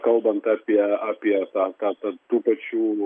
kalbant apie apie tą ką tarp tų pačių